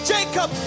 Jacob